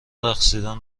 رقصیدن